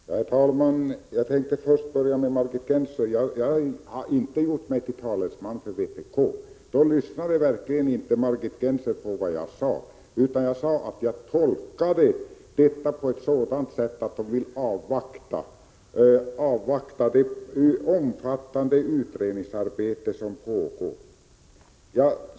Herr talman! Jag tänkte först vända mig till Margit Gennser. Jag har inte gjort mig till talesman för vpk. Då lyssnade verkligen inte Margit Gennser på vad jag sade. Jag sade att jag tolkade detta på ett sådant sätt att man vill avvakta det omfattande utredningsarbete som pågår.